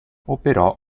operò